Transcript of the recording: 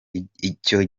icyo